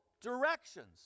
directions